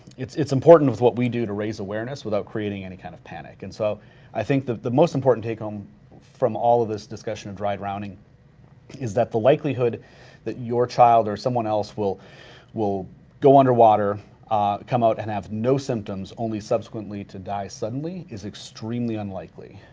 it's it's important with what we do to raise awareness without creating any kind of panic. and so i think that the most important take home from all of this discussion of dry drowning is that the likelihood that your child or someone else will will go under water come out and have no symptoms only subsequently to die suddenly, is extremely unlikely.